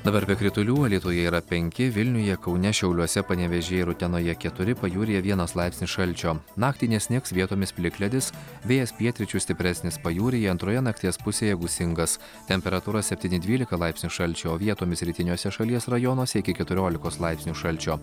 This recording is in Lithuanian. dabar be kritulių alytuje yra penki vilniuje kaune šiauliuose panevėžyje ir utenoje keturi pajūryje vienas laipsnis šalčio naktį nesnigs vietomis plikledis vėjas pietryčių stipresnis pajūryje antroje nakties pusėje gūsingas temperatūra septyni dvylika laipsnių šalčio vietomis rytiniuose šalies rajonuose iki keturiolikos laipsnių šalčio